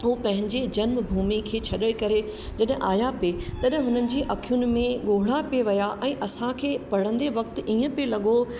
उहे पंहिंजी जन्मभूमि खे छॾे करे जॾहिं आहियां पे तॾहिं हुननि जी अखियुनि में ॻोढ़ा पई विया ऐं असांखे पढ़ंदे वक्त ईंअ पए लॻो